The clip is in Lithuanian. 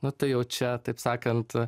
nu tai jau čia taip sakant